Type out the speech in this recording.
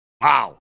Wow